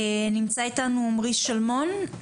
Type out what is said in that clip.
נמצא איתנו עומרי שלמון.